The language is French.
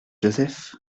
joseph